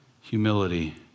humility